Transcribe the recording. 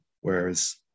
whereas